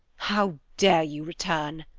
how dare you return?